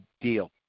deal